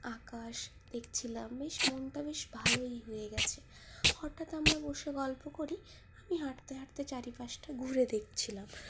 আকাশ দেখছিলাম বেশ মনটা বেশ ভালই হয়ে গেছে হঠাৎ আমরা বসে গল্প করি আমি হাঁটতে হাঁটতে চারিপাশটা ঘুরে দেখছিলাম